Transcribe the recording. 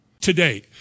today